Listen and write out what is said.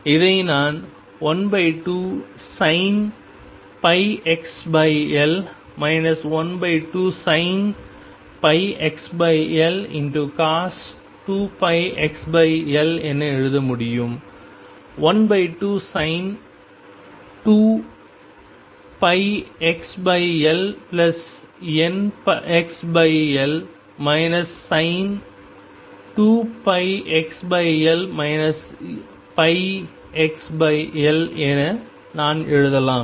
இதை நான் 12sin πxL 12sin πxL cos 2πxL என எழுத முடியும் 12sin 2πxLπxL sin 2πxL πxL என நான் எழுதலாம்